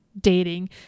dating